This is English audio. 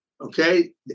Okay